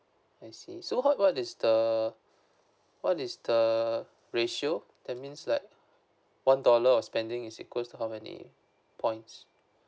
I see so how about is the what is the ratio that means like one dollar of spending is equals how many points